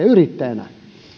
yrittäjänä